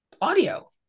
audio